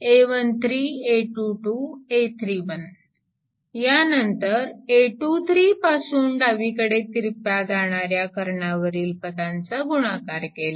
a13 a22 a31 यानंतर a23 पासून डावीकडे तिरप्या जाणाऱ्या कर्णावरील पदांचा गुणाकार केला